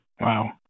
Wow